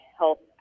health